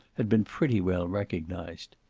had been pretty well recognized.